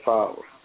Power